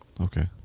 Okay